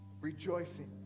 rejoicing